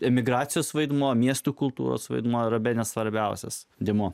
emigracijos vaidmuo miestų kultūros vaidmuo yra bene svarbiausias dėmuo